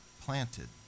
planted